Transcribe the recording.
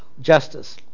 justice